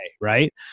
right